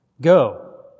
Go